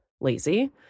lazy